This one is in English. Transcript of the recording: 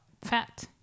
Fat